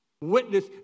Witness